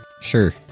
Sure